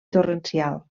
torrencial